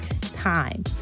time